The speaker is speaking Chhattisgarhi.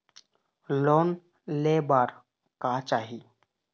लोन ले बार का चाही?